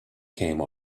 came